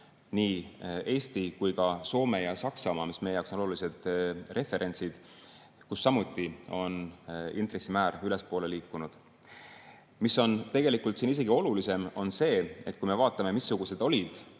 nii Eesti kui ka Soome ja Saksamaa, mis meie jaoks on olulised referentsid, kus samuti on intressimäär ülespoole liikunud. Tegelikult on isegi olulisem see, et kui me vaatame, missugused olid